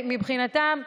מבחינתם,